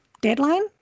deadline